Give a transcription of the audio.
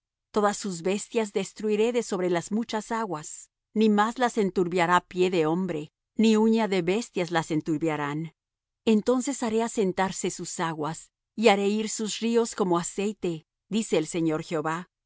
todas sus bestias destruiré de sobre las muchas aguas ni más las enturbiará pie de hombre ni uña de bestias las enturbiarán entonces haré asentarse sus aguas y haré ir sus ríos como aceite dice el señor jehová